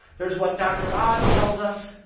there is what doctor oz tells us.